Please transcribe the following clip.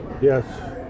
yes